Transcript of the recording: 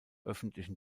öffentlichen